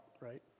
right